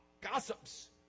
gossips